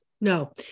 No